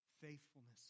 faithfulness